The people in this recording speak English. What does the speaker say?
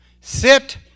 sit